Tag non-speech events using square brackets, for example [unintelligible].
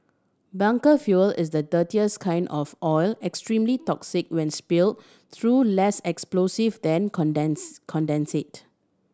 bunker fuel is the dirtiest kind of oil extremely toxic when spill though less explosive than [unintelligible] condensate